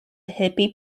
hippie